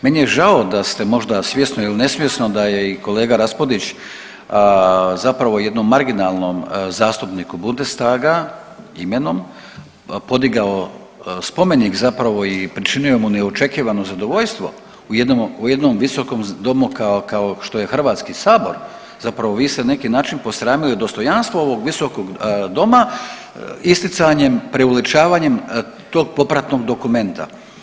Meni je žao da ste možda svjesno ili nesvjesno, da je i kolega Raspudić zapravo jednom marginalnom zastupniku Bundestaga imenom podigao spomenik zapravo i pričinio mu neočekivano zadovoljstvo u jednom visokom domu kao što je HS zapravo vi ste na neki način posramili dostojanstvo ovog Visokog doma isticanjem, preuveličavanjem tog popratnog dokumenta.